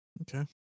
Okay